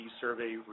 survey